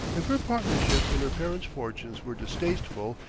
if her partnership in her parent's fortunes were distasteful,